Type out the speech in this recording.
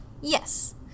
Yes